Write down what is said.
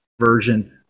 version